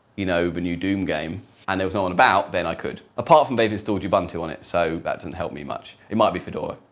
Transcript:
you know, the new doom game and there was no one about then i could. apart from they've installed ubuntu on it so that doesn't help me much. it might be fedora.